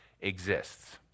exists